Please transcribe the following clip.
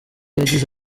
yagize